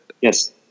Yes